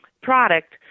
product